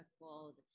called